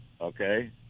okay